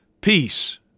Peace